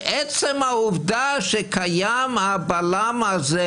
ועצם העובדה שקיים הבלם הזה,